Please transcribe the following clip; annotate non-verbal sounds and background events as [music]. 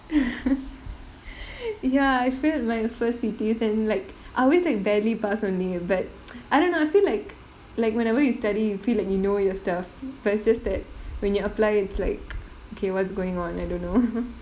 [laughs] ya I failed like the first C_T and like I always like barely pass only but [noise] I don't know I feel like like whenever you study you feel like you know your stuff versus that when you apply it's like okay what's going on I don't know